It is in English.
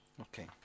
Okay